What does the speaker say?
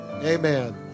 Amen